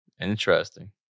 Interesting